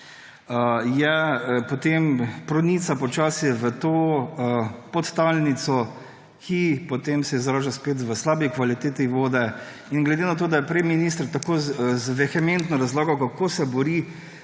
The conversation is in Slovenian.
potem pronica počasi v to podtalnico, kar se potem izraža spet v slabi kvaliteti vode. In glede na to, da je prej minister tako vehementno razlagal, kako se bori